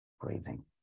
breathing